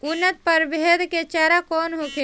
उन्नत प्रभेद के चारा कौन होखे?